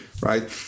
Right